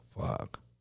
fuck